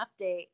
update